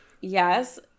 Yes